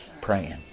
praying